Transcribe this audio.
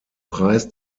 preis